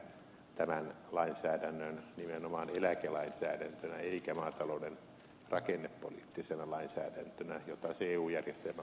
silloinen päähallituskumppani halusi nähdä tämän lainsäädännön nimenomaan eläkelainsäädäntönä eikä maatalouden rakennepoliittisena lainsäädäntönä jota se eu järjestelmän mukaan on